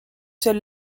seule